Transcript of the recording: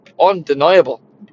undeniable